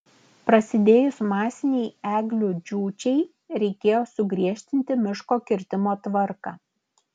prasidėjus masinei eglių džiūčiai reikėjo sugriežtinti miško kirtimo tvarką